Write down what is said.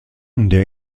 der